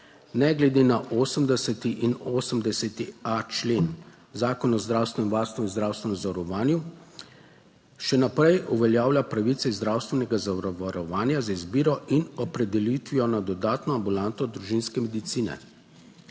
ne glede na 80. in 80. a člen Zakona o zdravstvenem varstvu in zdravstvenem zavarovanju, še naprej uveljavlja pravice iz zdravstvenega zavarovanja z izbiro in opredelitvijo na dodatno ambulanto družinske medicine.